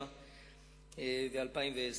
ו-2010.